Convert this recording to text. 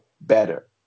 better